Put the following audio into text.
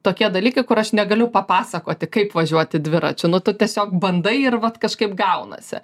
tokie dalykai kur aš negaliu papasakoti kaip važiuoti dviračiu nu tu tiesiog bandai ir vat kažkaip gaunasi